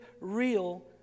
real